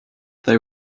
they